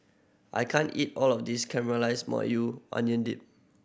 I can't eat all of this Caramelize Maui Onion Dip